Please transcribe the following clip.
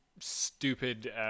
stupid